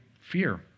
fear